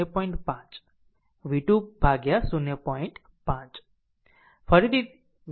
5 v2 ભાગ્યા 0